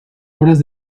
obras